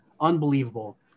unbelievable